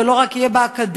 ולא רק יהיה באקדמיה,